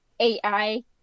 ai